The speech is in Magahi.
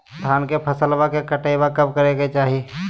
धान के फसलवा के कटाईया कब करे के चाही?